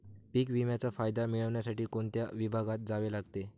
पीक विम्याचा फायदा मिळविण्यासाठी कोणत्या विभागात जावे लागते?